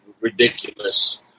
ridiculous